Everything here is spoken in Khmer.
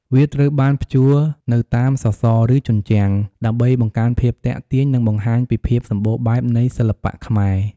វាត្រូវបានព្យួរនៅតាមសសរ ឬជញ្ជាំង ដើម្បីបង្កើនភាពទាក់ទាញ និងបង្ហាញពីភាពសម្បូរបែបនៃសិល្បៈខ្មែរ។